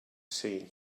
see